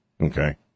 okay